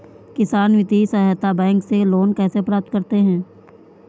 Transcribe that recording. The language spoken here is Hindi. किसान वित्तीय सहायता बैंक से लोंन कैसे प्राप्त करते हैं?